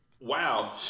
Wow